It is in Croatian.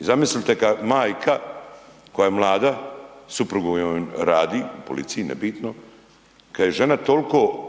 I zamislite kad majka, koja je mlada, suprug .../Govornik se ne razumije./... joj radi u policiji, nebitno, kad je žena toliko,